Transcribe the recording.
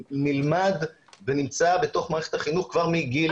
נלמד ונמצא בתוך מערכת החינוך כבר מגיל גן.